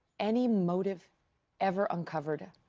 any motive ever uncovered?